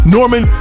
Norman